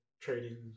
trading